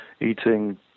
eating